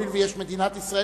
הואיל ויש מדינת ישראל,